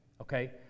Okay